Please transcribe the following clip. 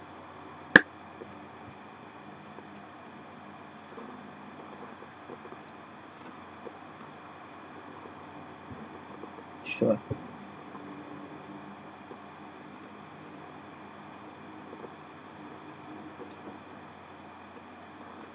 sure